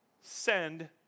send